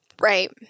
Right